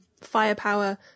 firepower